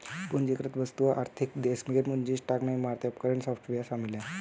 पूंजीगत वस्तुओं आर्थिक देश के पूंजी स्टॉक में इमारतें उपकरण सॉफ्टवेयर शामिल हैं